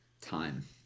time